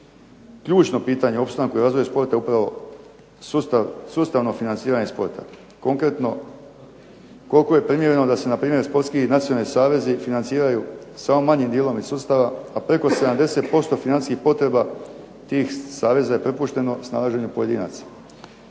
Ključno pitanje u opstanku i razvoju sporta je upravo sustavno financiranje sporta. Konkretno, koliko je planirano da se npr. sportski i nacionalni savezi financiraju samo manjim dijelom iz sustava, a preko 70% financijskih potreba tih saveza je prepušteno snalaženju pojedinaca.